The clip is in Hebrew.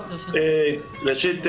ראשית,